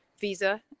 visa